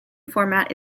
format